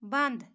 بنٛد